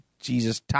Jesus